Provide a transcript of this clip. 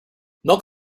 milk